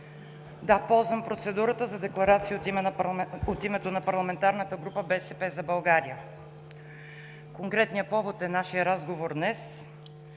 Да, ползвам процедурата за декларация от името на Парламентарната група на “БСП за България”. Конкретният повод е нашият разговор днес